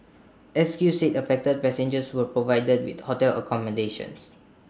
S Q said affected passengers were provided with hotel accommodation